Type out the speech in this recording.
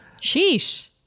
Sheesh